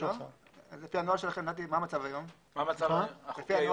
מה המצב היום, לפי הנוהל